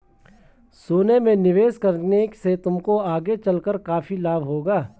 सोने में निवेश करने से तुमको आगे चलकर काफी लाभ होगा